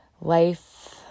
life